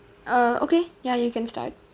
uh okay ya you can start